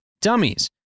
Dummies